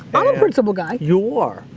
i'm a principled guy! you are,